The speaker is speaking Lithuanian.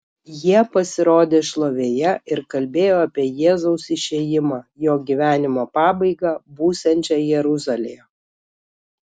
jie pasirodė šlovėje ir kalbėjo apie jėzaus išėjimą jo gyvenimo pabaigą būsiančią jeruzalėje